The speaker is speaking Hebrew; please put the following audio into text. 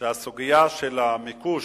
שהסוגיה של המיקוש,